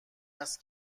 است